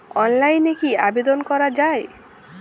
অনলাইনে কি আবেদন করা য়ায়?